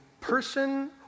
person